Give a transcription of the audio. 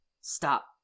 Stop